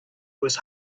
was